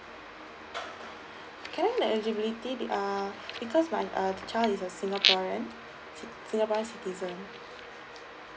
can I have the eligibility uh because my uh child is a singaporean singaporean citizen